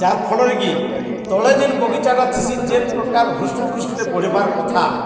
ଯାହାର୍ଫଲରେ କିି ତଳେ ଯେନ୍ ବଗିଚାଟା ଥିସି ଯେନ୍ ପ୍ରକାର ହୃଷ୍ଟଫୃଷ୍ଟରେ ବଢ଼ିବାର କଥା